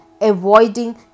avoiding